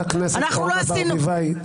חברת כנסת אורנה ברביבאי,